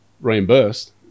reimbursed